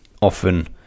often